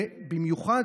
ובמיוחד,